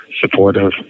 supportive